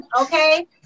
okay